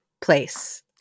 place